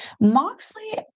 moxley